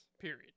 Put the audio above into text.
period